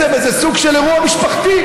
אחד: הח"כים המיותרים,